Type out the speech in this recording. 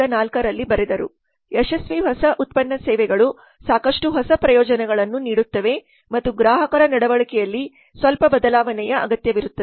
Gourville 2004 ರಲ್ಲಿ ಬರೆದರು ಯಶಸ್ವಿ ಹೊಸ ಉತ್ಪನ್ನ ಸೇವೆಗಳು ಸಾಕಷ್ಟು ಹೊಸ ಪ್ರಯೋಜನಗಳನ್ನು ನೀಡುತ್ತವೆ ಮತ್ತು ಗ್ರಾಹಕರ ನಡವಳಿಕೆಯಲ್ಲಿ ಸ್ವಲ್ಪ ಬದಲಾವಣೆಯ ಅಗತ್ಯವಿರುತ್ತದೆ